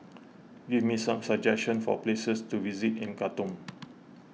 give me some suggestions for places to visit in Khartoum